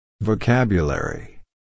Vocabulary